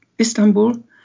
Istanbul